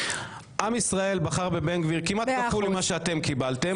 עם ישראל בחר בבן גביר כמעט כפול ממה שאתם קיבלתם,